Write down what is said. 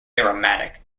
aromatic